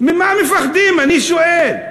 אני שואל.